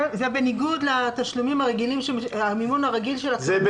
זה בניגוד למימון הרגיל של הקרנות האלה.